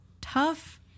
tough